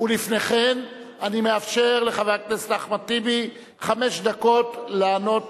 לפני כן אני מאפשר לחבר הכנסת אחמד טיבי חמש דקות לענות